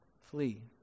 Flee